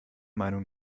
meinung